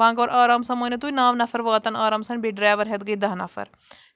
وۄنۍ گوٚو آرام سان مٲنِو تُہۍ نَو نَفَر واتَن آرام سان بیٚیہِ ڈرٛایوَر ہٮ۪تھ گٔے دَہ نَفَر